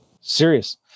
serious